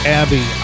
abby